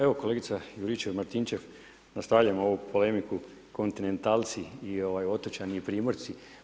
Evo kolegice Juričev-Martinčev, nastavljamo ovu polemiku kontinentalci i otočani i primorci.